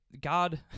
God